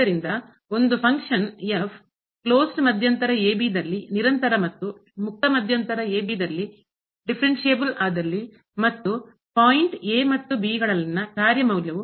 ಆದ್ದರಿಂದ ಒಂದು ಫಂಕ್ಷನ್ ಕಾರ್ಯ ಕ್ಲೋಸ್ಡ್ ಮುಚ್ಚಿದ ಮಧ್ಯಂತರ ದ ನಿರಂತರ ಮತ್ತು ಮುಕ್ತ ಮಧ್ಯಂತರ ದ ಡಿಫರೆನ್ಸ್ಸಿಬಲ್ ಆದಲ್ಲಿ ಮತ್ತು ಪಾಯಿಂಟ್ ಬಿಂದು a ಗಳಲ್ಲಿನ ಕಾರ್ಯ ಮೌಲ್ಯವು